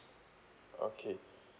okay